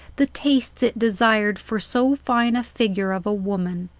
the tastes it desired for so fine a figure of a woman.